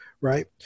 right